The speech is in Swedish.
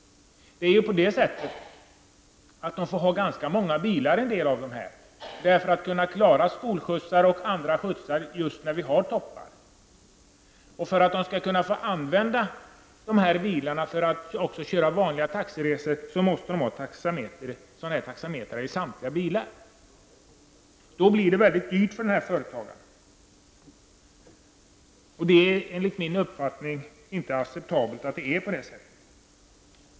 En del måste nämligen ha ganska många bilar för att kunna klara bl.a. skolskjutsar just i topparna. För att de skall kunna få använda dessa bilar för att göra även vanliga taxiresor måste de ha taxametrar i samtliga bilar. Det blir mycket dyrt för en företagare. Enligt min uppfattning är det inte acceptabelt att det är på det sättet.